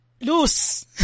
loose